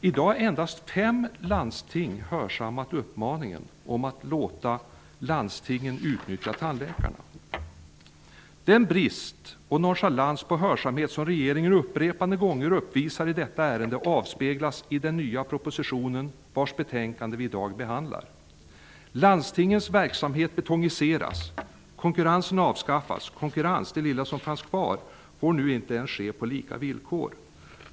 I dag har endast fem landsting hörsammat uppmaningen, dvs. att låta landstingen utnyttja tandläkarna. Den nonchalans och brist på hörsamhet som regeringen upprepande gånger uppvisar i detta ärende avspeglas i den nya propositionen, som behandlas i detta betänkande. Konkurrensen avskaffas. Konkurrensen -- den lilla som finns kvar -- får nu inte ens ske på lika villkor.